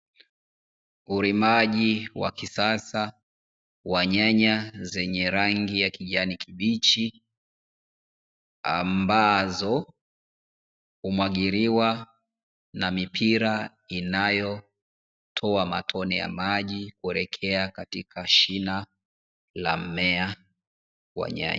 Ulimaji wa kisasa wa nyanya zenye rangi ya kijani kibichi, ambazo humwagiliwa na mipira inayotoa matone ya maji, kuelekea katika shina la mmea wa nyanya.